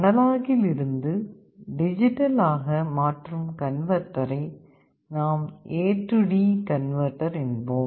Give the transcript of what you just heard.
அனலாக்கில் இருந்து டிஜிட்டல் ஆக மாற்றும் கன்வெர்ட்டரை நாம் AD கன்வெர்ட்டர் என்போம்